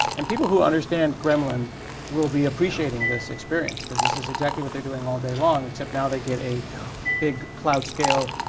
and people who understand gremlin will be appreciating this experience because this is exactly what they're doing all day long, except now they get a big cloud scale,